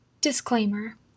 disclaimer